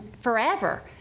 forever